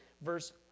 verse